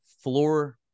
floor